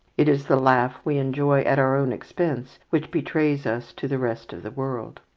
it is the laugh we enjoy at our own expense which betrays us to the rest of the world.